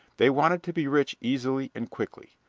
they wanted to be rich easily and quickly,